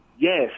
Yes